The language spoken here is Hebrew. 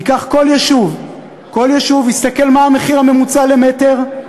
ייקח כל יישוב, יסתכל מה המחיר הממוצע למ"ר,